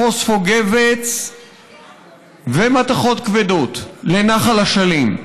פוספוגבס ומתכות כבדות לנחל אשלים.